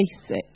basic